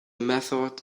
method